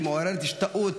שמעוררת השתאות